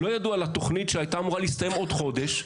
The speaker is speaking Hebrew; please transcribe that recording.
לא ידעו על התוכנית שהייתה אמורה להסתיים בעוד חודש,